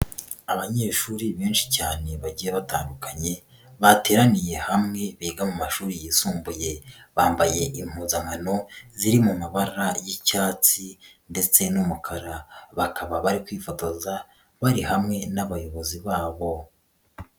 Abanyeshuri benshi cyane bagiye batandukanye bateraniye hamwe biga mu mashuri yisumbuye, bambaye impuzankano ziri mu mabara y'icyatsi ndetse n'umukara, bakaba bari kwifotoza bari hamwe n'abayobozi babo.